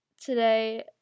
today